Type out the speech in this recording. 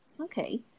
Okay